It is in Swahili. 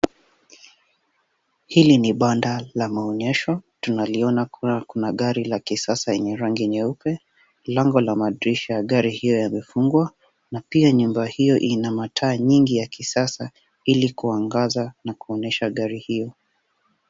Hili ni banda la maonyesho. Tunaliona kuwa kuna gari la kisasa yenye rangi nyeupe. Lango la madirisha gari hilo yamefungwa na pia nyumba hiyo ina mataa nyingi ya kisasa ili kuangaza na kuonyesha gari hiyo.